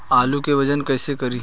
आलू के वजन कैसे करी?